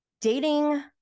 dating